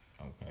okay